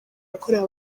yakorewe